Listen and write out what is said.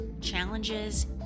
challenges